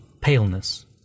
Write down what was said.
Paleness